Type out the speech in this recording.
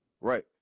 Right